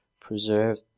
preserved